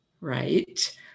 right